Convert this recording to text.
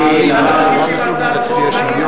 אם אנחנו מגישים הצעת חוק,